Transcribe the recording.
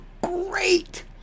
great